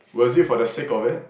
was it for the sake of it